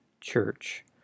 church